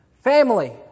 Family